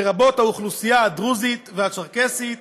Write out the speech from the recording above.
לרבות האוכלוסייה הדרוזית והצ'רקסית,